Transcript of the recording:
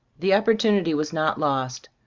the oppor tunity was not lost.